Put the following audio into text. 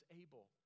able